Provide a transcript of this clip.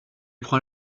prend